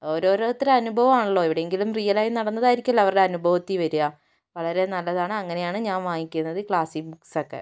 ഓരോരുത്തര അനുഭവമാണല്ലോ എവിടെയെങ്കിലും റിയലായി നടന്നതായിരിക്കൂമല്ലോ അവരുടെ അനുഭവത്തിൽ വരിക വളരേ നല്ലതാണ് അങ്ങനെയാണ് ഞാൻ വാങ്ങിക്കുന്നത് ക്ലാസിക് ബുക്സൊക്കെ